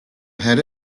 had